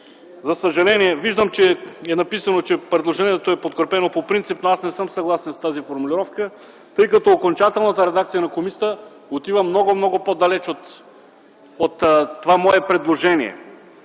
За съжаление, виждам, че е написано, че предложението е подкрепено по принцип, но аз не съм съгласен с тази формулировка, тъй като окончателната редакция на комисията отива много, много по-далеч от това мое предложение.